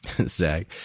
Zach